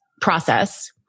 process